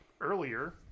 earlier